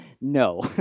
no